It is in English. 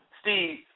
Steve